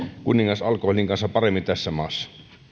kuningas alkoholin kanssa paremmin tässä maassa